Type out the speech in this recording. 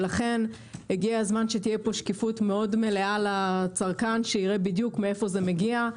ולכן הגיע הזמן שתהיה פה שקיפות מלאה לצרכן שיראה מאיפה זה מגיע,